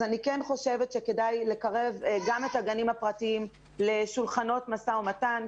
אני כן חושבת שכדאי לקרב גם את הגנים הפרטיים לשולחנות משא ומתן,